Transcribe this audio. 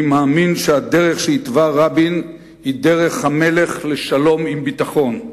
אני מאמין שהדרך שהתווה רבין היא דרך המלך לשלום עם ביטחון,